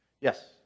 Yes